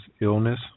illness